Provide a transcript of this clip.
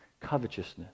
covetousness